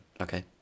okay